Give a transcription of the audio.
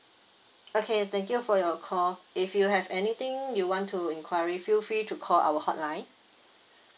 okay thank you for your call if you have anything you want to enquiry feel free to call our hotline